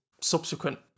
subsequent